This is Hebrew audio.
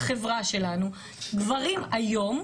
בחברה שלנו גברים היום,